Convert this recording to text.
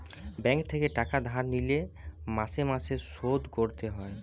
bank থেকে টাকা ধার লিলে মাসে মাসে শোধ করতে হয়